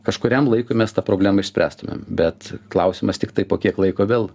kažkuriam laikui mes tą problemą išspręstumėm bet klausimas tiktai po kiek laiko vėl